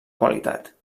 qualitat